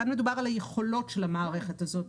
כאן מדובר על היכולות של המערכת הזאת.